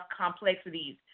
complexities